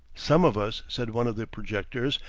some of us, said one of the projectors,